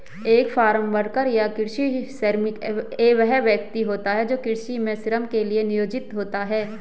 एक farm worker या कृषि श्रमिक वह व्यक्ति होता है जो कृषि में श्रम के लिए नियोजित होता है